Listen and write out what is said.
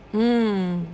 mm